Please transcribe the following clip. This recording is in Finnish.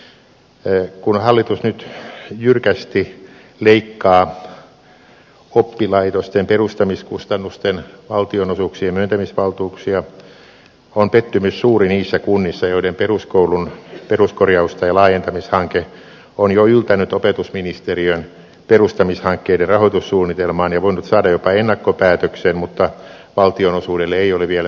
kun hallitus nyt jyrkästi leikkaa oppilaitosten perustamiskustannusten valtionosuuksien myöntämisvaltuuksia on pettymys suuri niissä kunnissa joiden peruskoulun peruskorjaus tai laajentamishanke on jo yltänyt opetusministeriön perustamishankkeiden rahoitussuunnitelmaan ja voinut saada jopa ennakkopäätöksen mutta valtionosuudelle ei ole vielä myöntämisvaltuutta